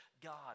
God